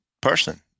person